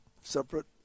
separate